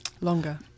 longer